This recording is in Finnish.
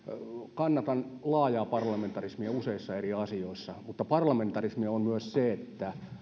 kannatan laajaa parlamentarismia useissa eri asioissa mutta parlamentarismia on myös se että